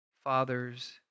Fathers